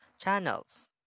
channels